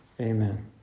Amen